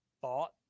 thought